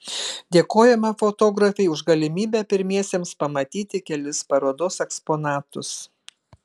dėkojame fotografei už galimybę pirmiesiems pamatyti kelis parodos eksponatus